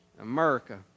America